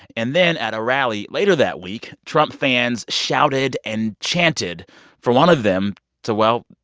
and then at a rally later that week, trump fans shouted and chanted for one of them to, well,